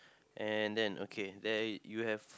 and then okay there you have